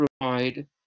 provide